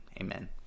Amen